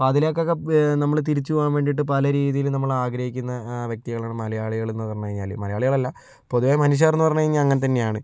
ഇപ്പോൾ അതിലേക്ക് ഒക്കെ നമ്മൾ തിരിച്ചു പോകാൻ വേണ്ടിയിട്ട് പല രീതിയിൽ നമ്മൾ ആഗ്രഹിക്കുന്ന വ്യക്തികളാണ് മലയാളികൾ എന്ന് പറഞ്ഞു കഴിഞ്ഞാൽ മലയാളികൾ അല്ല പൊതുവെ മനുഷ്യർ എന്ന് പറഞ്ഞു കഴിഞ്ഞാൽ അങ്ങനെത്തന്നെയാണ്